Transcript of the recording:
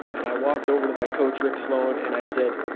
and i walked over to my coach, rick sloan, and i said,